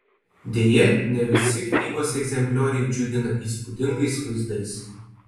deja ne visi knygos egzemplioriai džiugina įspūdingais vaizdais